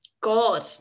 God